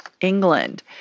England